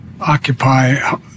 occupy